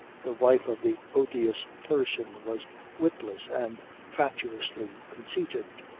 the wife of the odious person was witless and fatuously conceited.